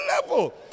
level